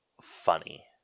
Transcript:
funny